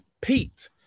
Pete